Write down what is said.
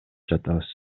жатабыз